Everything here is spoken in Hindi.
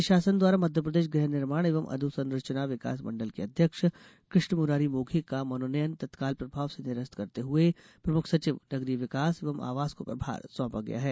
राज्य शासन द्वारा मध्यप्रदेश गृह निर्माण एवं अधोसंरचना विकास मण्डल के अध्यक्ष कृष्ण मुरारी मोघे का मनोनयन तत्काल प्रभाव से निरस्त करते हुए प्रमुख सचिव नगरीय विकास एवं आवास को प्रभार सौंपा गया है